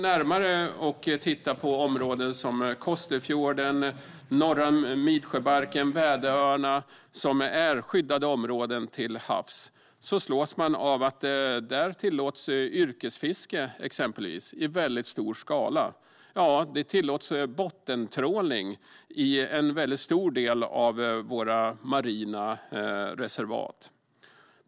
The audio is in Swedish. Tittar man närmare på områden som Kosterfjorden, Norra Midsjöbanken och Väderöarna, som är skyddade områden till havs, slås man av att där exempelvis tillåts yrkesfiske i väldigt stor skala. Även bottentrålning tillåts i en väldigt stor del av våra marina reservat.